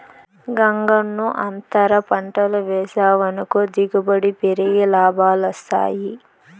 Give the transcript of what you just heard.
గంగన్నో, అంతర పంటలు వేసావనుకో దిగుబడి పెరిగి లాభాలొస్తాయి